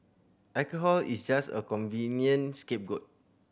alcohol is just a convenient scapegoat